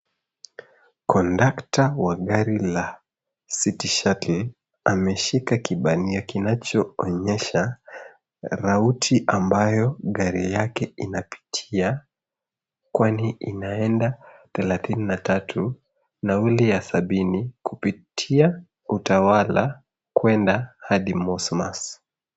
Kondakta wa gari la Citi Shuttle ameshika kibanio kinachoonyesha rauti ambayo gari yake inapitia, kwani inaenda 33 nauli ya 70 kupitia Utawaka, kuenda hadi Mosmas.